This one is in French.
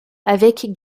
avec